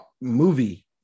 movie